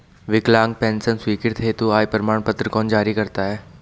विकलांग पेंशन स्वीकृति हेतु आय प्रमाण पत्र कौन जारी करता है?